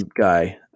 guy